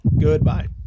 Goodbye